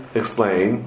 explain